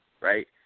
Right